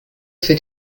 für